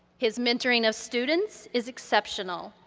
his mentoring of students is exceptional.